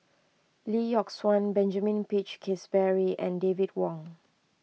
Lee Yock Suan Benjamin Peach Keasberry and David Wong